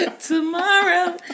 Tomorrow